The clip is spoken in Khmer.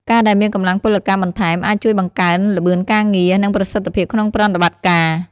ការដែលមានកម្លាំងពលកម្មបន្ថែម អាចជួយបង្កើនល្បឿនការងារ និងប្រសិទ្ធភាពក្នុងប្រតិបត្តិការ។